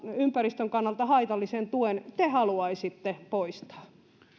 ympäristön kannalta haitallisen tuen te haluaisitte poistaa